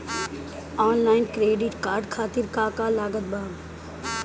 Online credit card खातिर का का लागत बा?